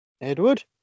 Edward